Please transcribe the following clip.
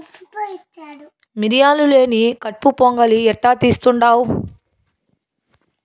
మిరియాలు లేని కట్పు పొంగలి ఎట్టా తీస్తుండావ్